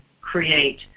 create